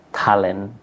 talent